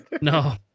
No